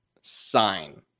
Sign